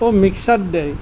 অ' mixer দে